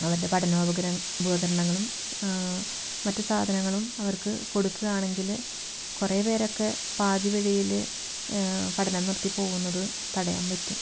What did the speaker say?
അവരുടെ പഠനോപകര ഉപകരണങ്ങളും മറ്റ് സാധനങ്ങളും അവർക്ക് കൊടുക്കുകയാണെങ്കിൽ കുറേ പേരൊക്കെ പാതി വഴിയിൽ പഠനം നിർത്തി പോവുന്നത് തടയാൻ പറ്റും